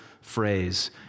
phrase